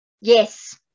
yes